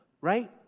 right